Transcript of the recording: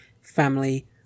family